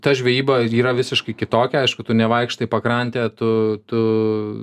ta žvejyba yra visiškai kitokia aišku tu nevaikštai pakrante tu tu